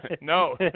no